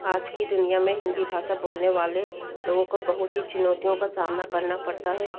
आज की दुनिया में हिंदी भाषा बोलने वाले लोगों को बहुत ही चुनौतियों का सामना करना पड़ता है